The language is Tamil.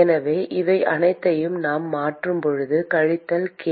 எனவே இவை அனைத்தையும் நாம் மாற்றும் போது கழித்தல் கே